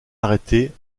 arrêtée